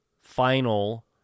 final